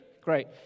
Great